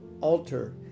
altar